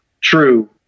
true